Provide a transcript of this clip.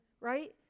right